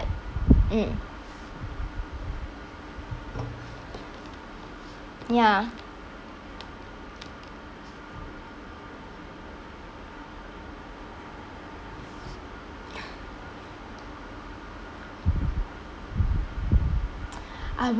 mm ya I